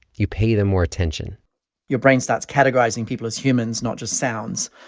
you pay them more attention your brain starts categorizing people as humans, not just sounds.